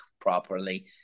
properly